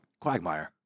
Quagmire